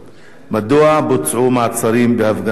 1. מדוע בוצעו מעצרים בהפגנות אלו?